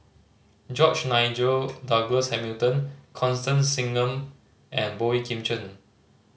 George Nigel Douglas Hamilton Constance Singam and Boey Kim Cheng